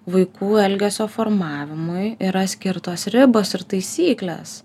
vaikų elgesio formavimui yra skirtos ribos ir taisyklės